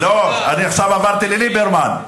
לא, אני עכשיו עברתי לליברמן.